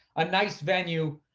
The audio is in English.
a nice venue.